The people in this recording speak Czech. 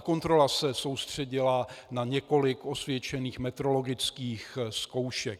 Kontrola se soustředila na několik osvědčených metrologických zkoušek.